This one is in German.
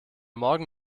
morgen